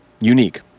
unique